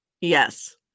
Yes